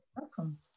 welcome